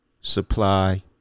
Supply